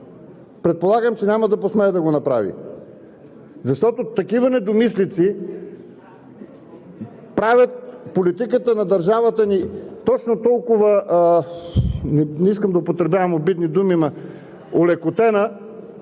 Предполагам, че няма да посмее да го направи, защото такива недомислици правят политиката на държавата ни точно толкова – не искам да употребявам обидни думи, ама олекотена,